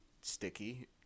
sticky